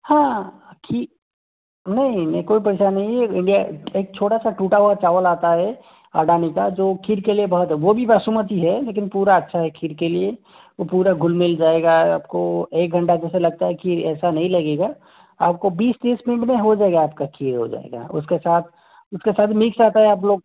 हाँ खी नहीं नहीं कोई परेशानी नहीं है इंडिया एक छोटा सा टूटा हुआ चावल आता है अडानी का जो खीर के लिए बहुत है वो भी बासमती है लेकिन पूरा अच्छा है खीर के लिए वो पूरा घूल मिल जाएगा आप को एक घंटा जैसे लगता है कि ऐसा नहीं लगेगा आप को बीस तीस मिनट में तो हो जाएगा आप की खीर हो जाएगी उसके साथ उसके साथ मिक्स आता है आप लोग